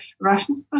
Russian's